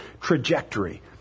trajectory